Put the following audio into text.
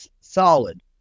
solid